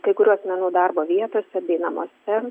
kai kurių asmenų darbo vietose bei namuose